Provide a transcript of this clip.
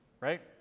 right